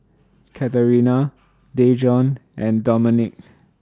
Katerina Dejon and Domenic